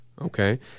okay